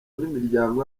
n’imiryango